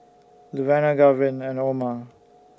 Luvenia Garvin and Oma